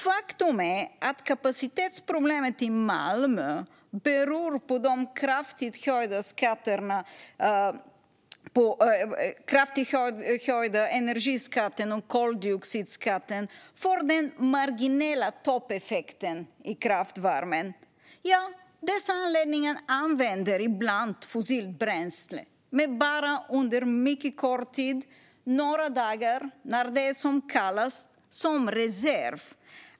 Faktum är att kapacitetsproblemet i Malmö beror på de kraftigt höjda energiskatterna och koldioxidskatten för den marginella toppeffekten i kraftvärmen. Dessa anläggningar använder ibland fossilbränsle, men bara under mycket kort tid, några dagar när det är som kallast, som reserv.